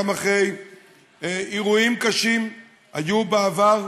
גם אחרי אירועים קשים היו בעבר.